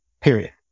Period